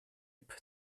app